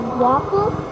waffle